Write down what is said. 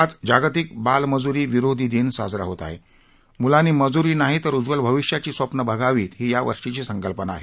आज जागतिक बालमजूरी विरोधी दिन साजरा होत असून मुलांनी मजूरी नाही तर उज्वल भाविष्याची स्वप्न बघावीत ही यावर्षीची संकल्पना आहे